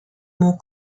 more